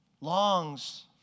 longs